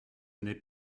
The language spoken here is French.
n’est